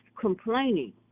complaining